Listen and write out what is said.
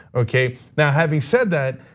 okay? now having said that,